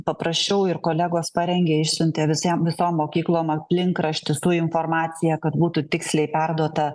paprašiau ir kolegos parengė išsiuntė visiems visom mokyklom aplinkraštį su informacija kad būtų tiksliai perduota